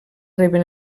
reben